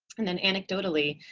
and then anecdotally,